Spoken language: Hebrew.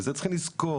וזה צריכים לזכור,